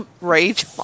rage